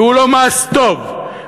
והוא לא מס טוב,